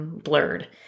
blurred